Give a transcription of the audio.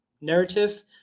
narrative